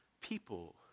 people